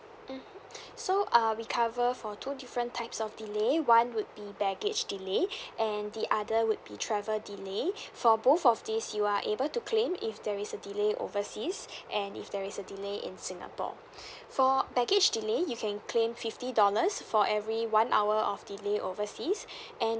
mmhmm so uh we cover for two different types of delay one would be baggage delay and the other would be travel delay for both of these you are able to claim if there is a delay overseas and if there is a delay in singapore for baggage delay you can claim fifty dollars for every one hour of delay overseas and